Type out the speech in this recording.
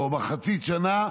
או מחצית שנה,